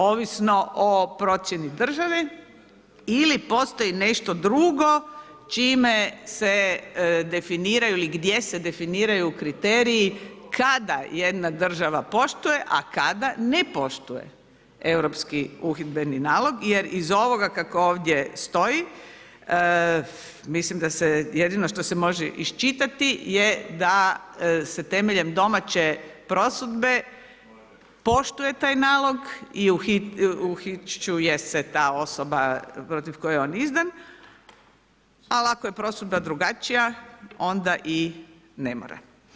Ovisno o procjeni države ili postoji nešto drugo čime se definiraju ili gdje se definiraju kriteriji kada jedna država poštuje a kada ne poštuje europski uhidbeni nalog jer ovoga kako ovdje stoji, mislim da se jedino što se može iščitati je da se temeljem domaće prosudbe poštuje taj nalog i uhićuje se ta osoba protiv koje je on izdan, ali ako je prosudba drugačija, onda i ne mora.